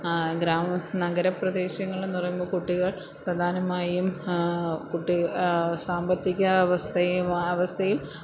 ഗ്രാമ നഗര പ്രദേശങ്ങളെന്ന് പറയുമ്പോൾ കുട്ടികള് പ്രധാനമായും കുട്ടി സാമ്പത്തിക അവസ്ഥയുമായി അവസ്ഥയില്